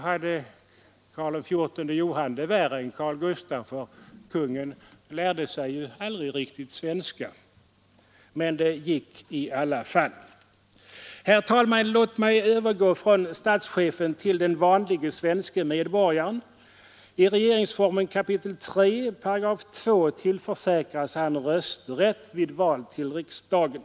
Karl XIV Johan hade det värre än kronprins Carl Gustaf — kungen lärde sig aldrig svenska men det gick ju väl i alla fall. Herr talman! Låt mig övergå från statschefen till den vanlige svenske medborgaren. I regeringsformen kap. 3 § 2 tillförsäkras han rösträtt vid val till riksdagen.